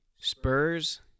Spurs